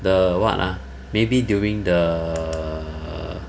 the what ah maybe during the err